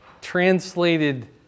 translated